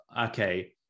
Okay